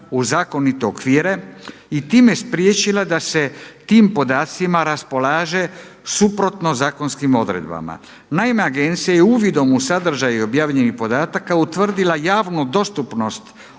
u zakonite okvire i time spriječila da se tim podacima raspolaže suprotno zakonskim odredbama. Naime, agencija je uvidom u sadržaje objavljenih podataka utvrdila javnu dostupnost